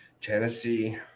Tennessee